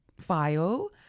file